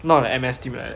not like M_S team like that